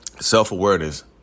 self-awareness